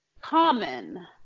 common